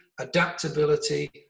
adaptability